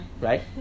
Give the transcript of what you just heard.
Right